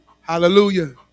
Hallelujah